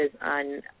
on